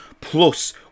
plus